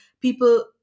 people